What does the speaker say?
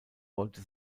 wollte